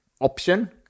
option